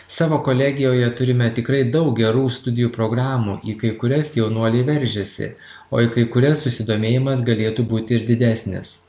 savo kolegijoje turime tikrai daug gerų studijų programų į kai kurias jaunuoliai veržiasi o į kai kurias susidomėjimas galėtų būti ir didesnis